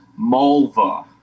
Mulva